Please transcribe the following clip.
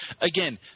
Again